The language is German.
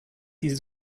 die